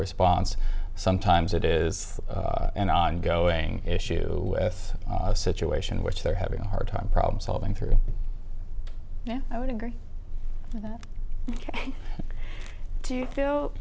response sometimes it is an ongoing issue with a situation which they're having a hard time problem solving through i would agree with that do you do